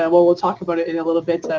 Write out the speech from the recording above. um well, we'll talk about it in a little bit.